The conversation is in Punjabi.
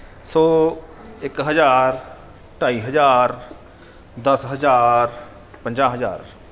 ਸੌ ਇੱਕ ਹਜ਼ਾਰ ਢਾਈ ਹਜ਼ਾਰ ਦਸ ਹਜ਼ਾਰ ਪੰਜਾਹ ਹਜ਼ਾਰ